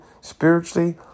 spiritually